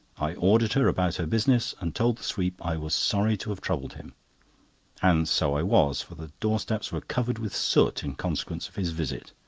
i ordered her about her business, and told the sweep i was sorry to have troubled him and so i was, for the door-steps were covered with soot in consequence of his visit.